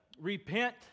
repent